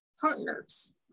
partners